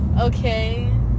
Okay